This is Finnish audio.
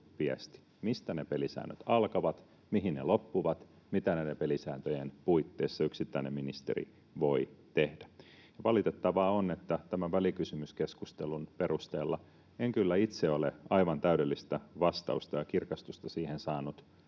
mistä ne pelisäännöt alkavat, mihin ne loppuvat, mitä näiden pelisääntöjen puitteissa yksittäinen ministeri voi tehdä. Valitettavaa on, että tämän välikysymyskeskustelun perusteella en kyllä itse ole aivan täydellistä vastausta ja kirkastusta siihen saanut,